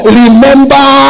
remember